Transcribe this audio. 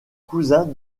cousins